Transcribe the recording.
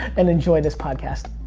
and, enjoy this podcast!